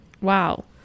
Wow